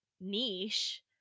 niche